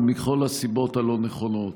ומכל הסיבות הלא-נכונות.